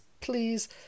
please